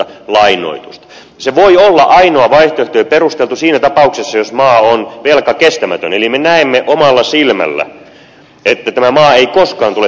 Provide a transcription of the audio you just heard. se voi olla ainoa vaihtoehto ja perusteltu siinä tapauksessa jos maa on velkakestämätön eli me näemme omalla silmällä että tämä maa ei koskaan tule selviämään veloistaan